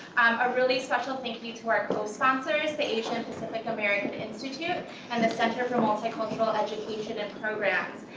a really special thank you to our co-sponsors, the asian pacific american institute and the center for multi-cultural education and programs,